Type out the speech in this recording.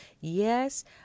Yes